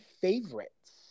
favorites